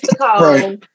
Right